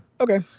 Okay